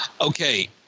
Okay